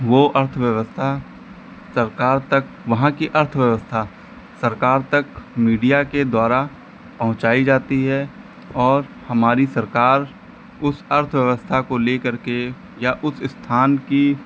वह अर्थव्यवस्था सरकार तक वहाँ की अर्थव्यवस्था सरकार तक मीडिया के द्वारा पहुँचाई जाती है और हमारी सरकार उस अर्थव्यस्था को ले करके या उस स्थान की